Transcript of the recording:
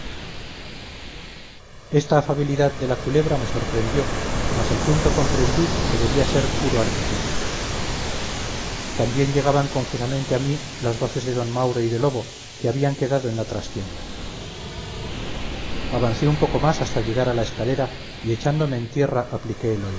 esta afabilidad de la culebra me sorprendió mas al punto comprendí que debía ser puro artificio también llegaban confusamente a mí las voces de d mauro y de lobo que habían quedado en la trastienda avancé un poco más hasta llegar a la escalera y echándome en tierra apliqué el